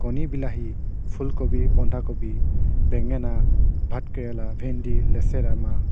কণী বিলাহী ফুল কবি বন্ধা কবি বেঙেনা ভাত কেৰেলা ভেন্দী লেচেৰা মাহ